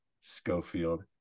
Schofield